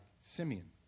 Simeon